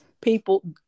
people